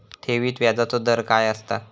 ठेवीत व्याजचो दर काय असता?